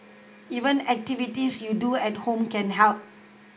even activities you do at home can help